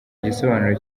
igisobanuro